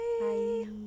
Bye